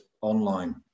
online